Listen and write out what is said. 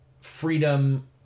freedom